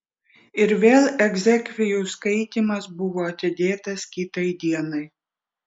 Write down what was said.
ir vėl egzekvijų skaitymas buvo atidėtas kitai dienai